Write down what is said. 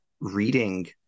reading